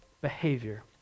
behavior